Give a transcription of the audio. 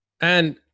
and-